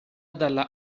dalla